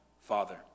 father